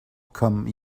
come